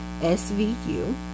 SVU